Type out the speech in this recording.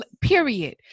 period